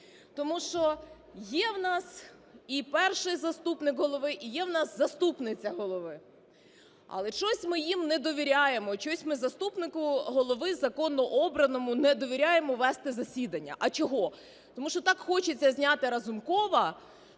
Тому що є у нас і Перший заступник Голови, і є у нас заступниця Голови. Але щось ми їм не довіряємо. Чогось ми заступнику Голови законно обраному не довіряємо вести засідання. А чого? Тому що так хочеться зняти Разумкова,